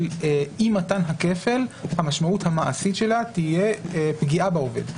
של אי מתן הכפל תהיה פגיעה בעובד.